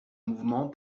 mouvement